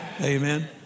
Amen